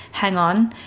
hang on,